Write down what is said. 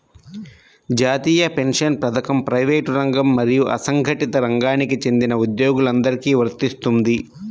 జాతీయ పెన్షన్ పథకం ప్రైవేటు రంగం మరియు అసంఘటిత రంగానికి చెందిన ఉద్యోగులందరికీ వర్తిస్తుంది